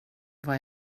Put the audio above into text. vad